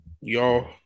y'all